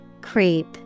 Creep